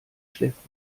schläft